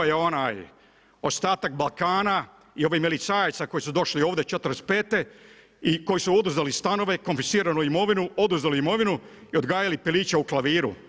To je onaj ostatak Balkana i ovih milicajaca koji su došli ovdje '45. i koji su oduzeli stanove, konfisciranu mirovinu, oduzeli imovinu i odgajali piliće u klaviru.